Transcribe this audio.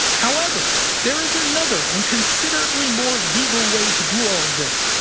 however! there is another, and considerably more legal way to do all of this,